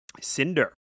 Cinder